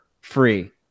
free